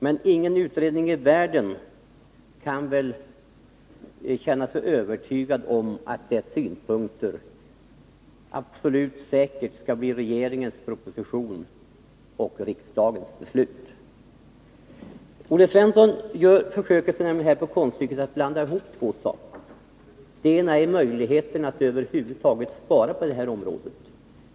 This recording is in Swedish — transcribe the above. Men ingen utredning i världen kan väl känna sig övertygad om att dess synpunkter absolut säkert skall blir regeringens proposition och riksdagens beslut. Olle Svensson försöker sig här på konststycket att blanda ihop två saker: Den ena är möjligheten att över huvud taget spara på det här området.